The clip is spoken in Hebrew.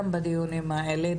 גם בדיונים האלה,